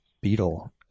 Beetle